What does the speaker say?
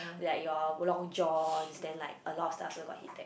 like your long joins then like a lot of stuffs also got heated